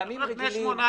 בימים רגילים,